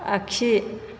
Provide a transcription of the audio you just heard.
आगसि